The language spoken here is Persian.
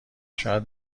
شاید